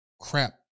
crap